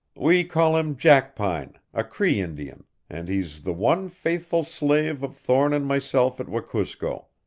we call him jackpine a cree indian and he's the one faithful slave of thorne and myself at wekusko.